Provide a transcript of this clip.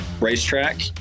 racetrack